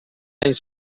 anys